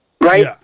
right